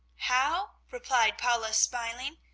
how? replied paula, smiling.